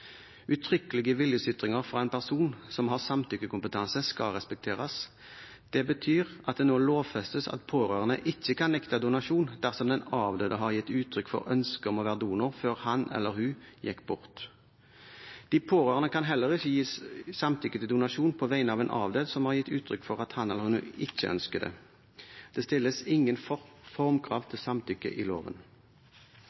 Uttrykkelige viljesytringer fra en person som har samtykkekompetanse, skal respekteres. Det betyr at det nå lovfestes at pårørende ikke kan nekte donasjon dersom den avdøde har gitt uttrykk for ønske om å være donor før han eller hun gikk bort. De pårørende kan heller ikke gi samtykke til donasjon på vegne av en avdød som har gitt uttrykk for at han eller hun ikke ønsker det. Det stilles ingen formkrav til samtykke i loven.